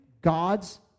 God's